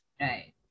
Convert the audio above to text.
Right